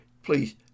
Please